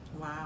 Wow